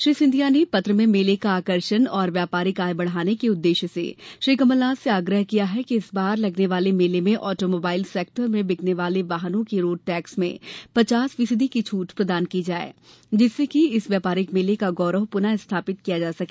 श्री सिंधिया ने पत्र में मेले का आकर्षण और व्यापारिक आय बढ़ाने के उद्देश्य से श्री कमलनाथ से आग्रह किया है कि इस बार लगने वाले मेले में ऑटोमोबाइल्स सेक्टर में बिकने वाले वाहनों के रोड टैक्स में पचास फीसदी की छूट प्रदान की जाए जिससे की इस व्यापारिक मेले का गौरव पुनः स्थापित किया जा सके